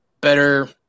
better